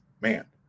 Man